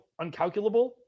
uncalculable